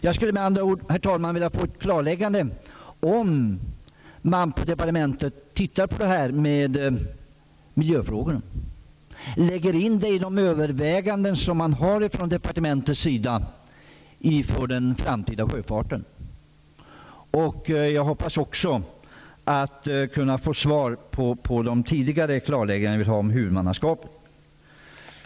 Jag skulle med andra ord vilja ha ett klarläggande i frågan, om man på departementet utreder miljöfrågorna och lägger in det i de överväganden som man från departementets sida gör om den framtida sjöfarten. Jag hoppas också få svar på de tidigare frågorna om huvudmannaskapet.